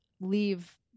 leave